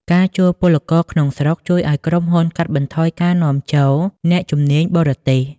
ការជួលពលករក្នុងស្រុកជួយឱ្យក្រុមហ៊ុនកាត់បន្ថយការនាំចូលអ្នកជំនាញបរទេស។